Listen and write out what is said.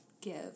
give